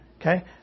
Okay